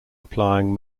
applying